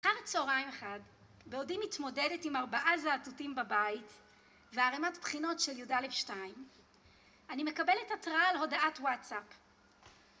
אחר הצהריים אחד, בעודי מתמודדת עם ארבעה זאטוטים בבית, וערמת בחינות של יד 2, אני מקבלת התרעה על הודעת וואטסאפ.